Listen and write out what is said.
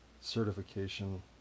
certification